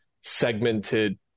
segmented